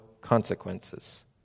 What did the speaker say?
consequences